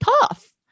tough